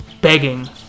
begging